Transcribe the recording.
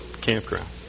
Campground